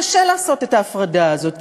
קשה לעשות את ההפרדה הזאת,